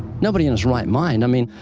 nobody in his right mind. i mean,